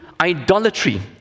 idolatry